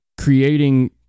creating